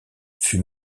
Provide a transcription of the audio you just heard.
fut